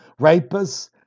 rapists